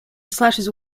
slashes